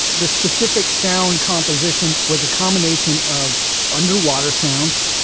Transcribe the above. the specific sound composition. was a combination of underwater sounds,